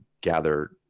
gather